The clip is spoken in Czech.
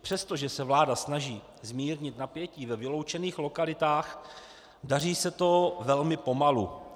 Přestože se vláda snaží zmírnit napětí ve vyloučených lokalitách, daří se to velmi pomalu.